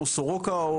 או סורוקה,